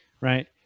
right